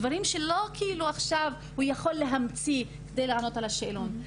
דברים שהוא לא יכול להמציא עכשיו כדי לענות על השאלון.